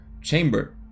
chamber